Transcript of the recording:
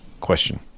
question